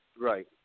Right